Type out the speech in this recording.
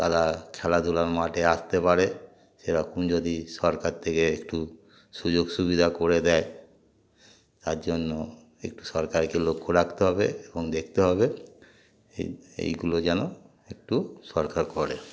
তারা খেলাধুলার মাঠে আসতে পারে সেরকম যদি সরকার থেকে একটু সুযোগ সুবিধা করে দেয় তার জন্য একটু সরকারকে লক্ষ্য রাখতে হবে এবং দেখতে হবে এই এইগুলো যেন একটু সরকার করে